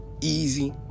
easy